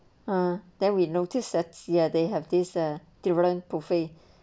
uh then we notice ah ya they have this uh durian buffet